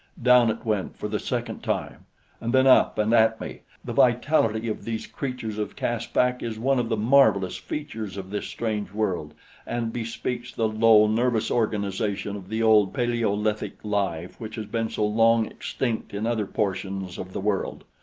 down it went for the second time and then up and at me. the vitality of these creatures of caspak is one of the marvelous features of this strange world and bespeaks the low nervous organization of the old paleolithic life which has been so long extinct in other portions of the world.